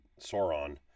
sauron